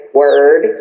word